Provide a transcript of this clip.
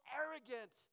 arrogant